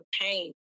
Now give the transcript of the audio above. pain